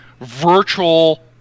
virtual